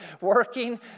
working